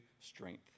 strength